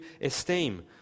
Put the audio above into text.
esteem